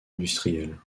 industrielle